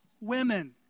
women